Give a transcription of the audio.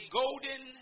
golden